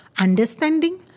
understanding